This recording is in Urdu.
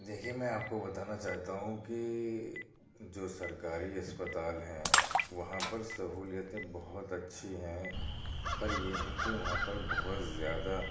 دیکھیے میں آپ کو بتانا چاہتا ہوں کہ جو سرکاری اسپتال ہیں وہاں پر سہولیتیں بہت اچھی ہیں پر یہ ہے کہ وہاں پر بہت زیادہ